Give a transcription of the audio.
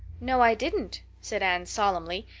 no, i didn't, said anne solemnly,